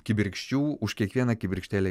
kibirkščių už kiekvieną kibirkštėlę